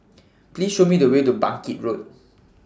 Please Show Me The Way to Bangkit Road